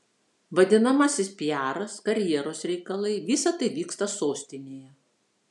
vadinamasis piaras karjeros reikalai visa tai vyksta sostinėje